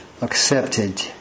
accepted